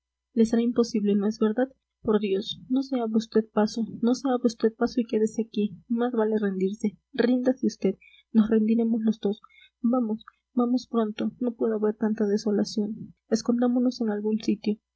les será imposible no es verdad por dios no se abra vd paso no se abra usted paso y quédese aquí más vale rendirse ríndase vd nos rendiremos los dos vamos vamos pronto no puedo ver tanta desolación escondámonos en algún sitio